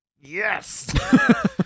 Yes